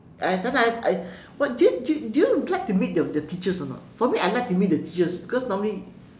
I sometime I what do you do you do you like to meet the your teachers or not for me I like to meet the teachers because normally